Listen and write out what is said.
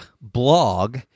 Blog